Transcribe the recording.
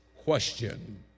question